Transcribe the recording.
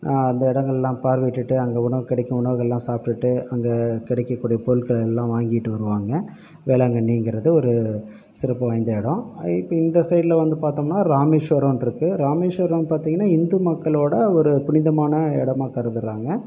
அந்த இடங்களெலாம் பார்வையிட்டுட்டு அங்கே உணவு கிடைக்கும் உணவுகள்ல்லாம் சாப்பிட்டு அங்கே கிடைக்கக் கூடிய பொருட்கள் எல்லாம் வாங்கிட்டு வருவாங்க வேளாங்கண்ணிங்கிறது ஒரு சிறப்பு வாய்ந்த இடம் இப்போ இந்த சைடில் வந்து பார்த்தோம்னா ராமேஸ்வரம்ன்ட்டிருக்கு ராமேஸ்வரம் பார்த்தீங்கன்னா இந்து மக்களோட ஒரு புனிதமான இடமா கருதுகிறாங்க